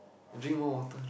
drink more water